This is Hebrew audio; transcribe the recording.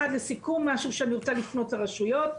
משהו שאני רוצה לפנות לרשויות,